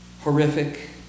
horrific